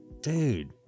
dude